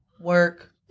Work